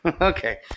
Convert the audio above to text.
Okay